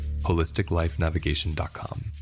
holisticlifenavigation.com